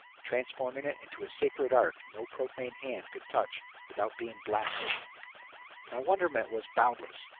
transforming it into a sacred ark no profane hand could touch without being blasted my wonderment was boundless,